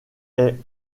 est